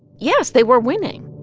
yes, they were winning